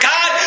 God